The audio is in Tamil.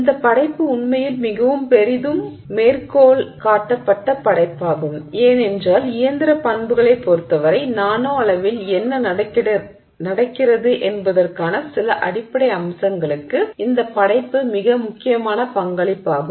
இந்தப் படைப்பு உண்மையில் மிகவும் பெரிதும் மேற்கோள் காட்டப்பட்ட படைப்பாகும் ஏனென்றால் இயந்திர பண்புகளைப் பொறுத்தவரை நானோ அளவில் என்ன நடக்கிறது என்பதற்கான சில அடிப்படை அம்சங்களுக்கு இந்த படைப்பு மிக முக்கியமான பங்களிப்பாகும்